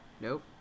Nope